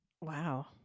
wow